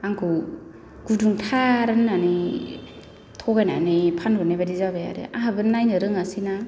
आंखौ गुदुंथार होन्नानै थगायनानै फानहरनायबादि जाबाय आरो आंहाबो नायनो रोङासै ना